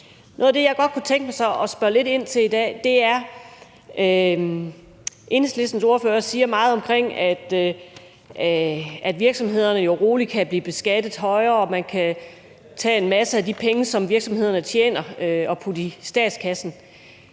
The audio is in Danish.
Noget af det, jeg godt kunne tænke mig at spørge lidt ind til, er det, som Enhedslistens ordfører siger om, at virksomhederne roligt kan blive beskattet højere, og at man kan tage en masse af de penge, som virksomhederne tjener, og putte dem i statskassen: